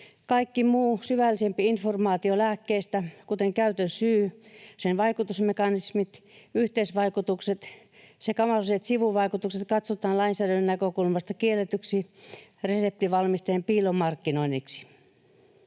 Kaikki muu syvällisempi informaatio lääkkeistä, kuten käytön syy, sen vaikutusmekanismit, yhteisvaikutukset sekä mahdolliset sivuvaikutukset, katsotaan lainsäädännön näkökulmasta kielletyksi reseptivalmisteen piilomarkkinoinniksi.